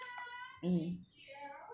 mm